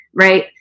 right